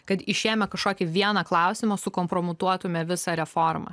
kad išėmę kažkokį vieną klausimą sukompromituotume visą reformą